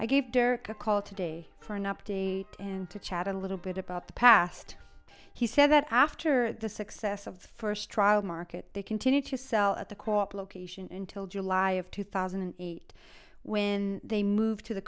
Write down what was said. i gave derek a call today for an update and to chat a little bit about the past he said that after the success of the first trial market they continued to sell at the court location until july of two thousand and eight when they moved to the